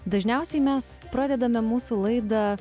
dažniausiai mes pradedame mūsų laidą